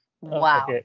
Wow